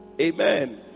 Amen